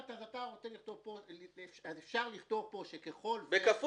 אז אפשר לכתוב פה שככל --- בכפוף